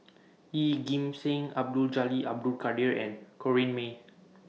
Yeoh Ghim Seng Abdul Jalil Abdul Kadir and Corrinne May